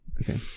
okay